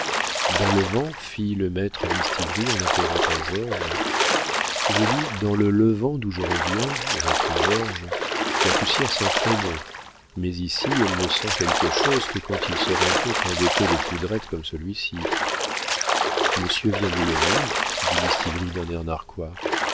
dans le vent fit le maître à mistigris en interrompant georges je dis dans le levant d'où je reviens reprit georges la poussière sent très bon mais ici elle ne sent quelque chose que quand il se rencontre un dépôt de poudrette comme celui-ci monsieur vient du levant dit mistigris d'un air narquois